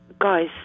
Guys